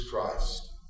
Christ